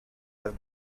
have